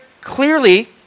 clearly